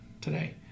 today